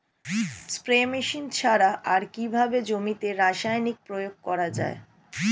Spray machine ছাড়া আর কিভাবে জমিতে রাসায়নিক প্রয়োগ করা যায়?